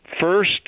first